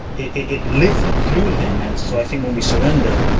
it lifts through them, and so i think when we surrender,